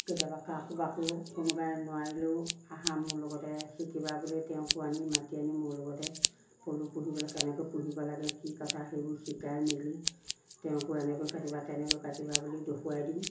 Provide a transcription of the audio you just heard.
কেতিয়াবা কাষো বাকো কোনোবাই নোৱাৰিলেও আহা মোৰ লগতে শিকিবা বুলি তেওঁকো আনি মাতি আনি মোৰ লগতে পলু পুহিবলে কেনেকৈ পুহিব লাগে কি কথা সেইবোৰ শিকাই মেলি তেওঁকো এনেকৈ কাটিবা তেনেকৈ কাটিবা বুলি দেখুৱাই দিওঁ